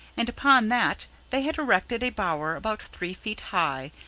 and upon that they had erected a bower about three feet high,